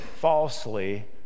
falsely